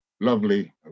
lovely